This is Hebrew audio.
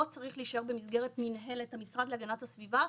צריך להישאר במסגרת מינהלת המשרד להגנת הסביבה,